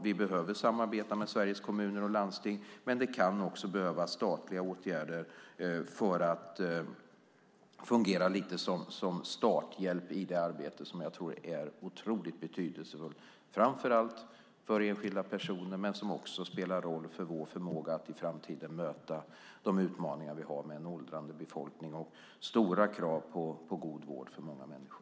Vi behöver samarbeta med Sveriges Kommuner och Landsting. Det kan också behövas statliga åtgärder för att få det att lite fungera som starthjälp i arbetet. Det är otroligt betydelsefullt framför allt för enskilda personer men spelar också roll för vår framtida förmåga att möta utmaningar med en åldrande befolkning och stora krav på god vård för många människor.